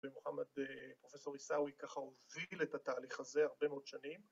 ומוחמד, פרופסור איסאווי, ככה הוביל את התהליך הזה הרבה מאוד שנים.